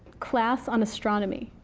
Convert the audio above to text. class on astronomy,